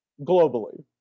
Globally